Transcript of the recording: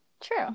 True